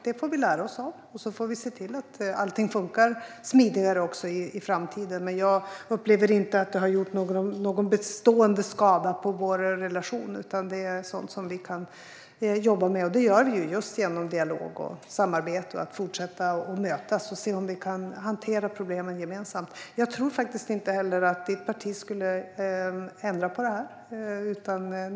Detta får vi lära oss av, och så får vi se till att allting funkar smidigare i framtiden. Men jag upplever inte att detta har gjort någon bestående skada på vår relation, utan det är sådant som vi kan jobba med. Det gör vi just genom dialog och samarbete och genom att fortsätta att mötas och se om vi kan hantera problemen gemensamt. Jag tror faktiskt inte heller att ditt parti skulle ändra på detta.